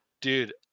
Dude